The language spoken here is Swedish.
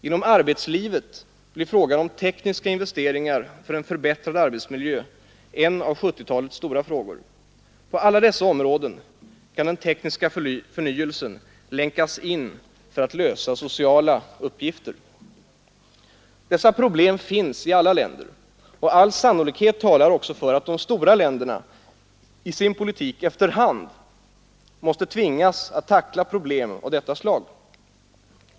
Inom arbetslivet blir frågan om tekniska investeringar för en förbättrad arbetsmiljö en av 1970-talets stora frågor. På alla dessa områden kan den tekniska förnyelsen länkas in för att lösa sociala uppgifter. Dessa problem finns i alla länder, och all sannolikhet talar också för att de stora länderna i sin politik efter hand måste tvingas att tackla problem av detta slag.